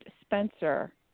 Spencer